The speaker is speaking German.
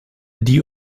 die